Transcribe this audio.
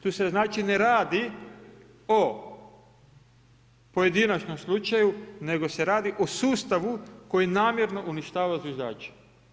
Tu se znači, ne radi o pojedinačnom slučaju, nego se radi o sustavu koji namjerno uništavaju zviždači.